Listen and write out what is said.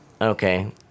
Okay